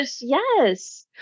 Yes